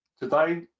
today